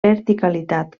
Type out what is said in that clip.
verticalitat